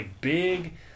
big